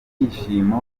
ibyishimo